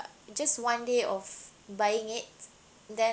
just one day of buying it there